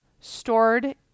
stored